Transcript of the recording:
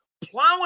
plowing